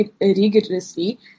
rigorously